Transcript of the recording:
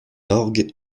orgue